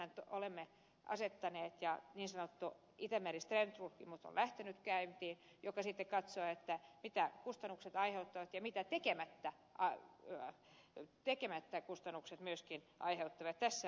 mehän olemme asettaneet ja niin sanottu itämeri stern tutkimus on lähtenyt käyntiin joka sitten katsoo mitä kustannuksia aiheutuu ja mitä kustannuksia myöskin tekemättä aiheutuu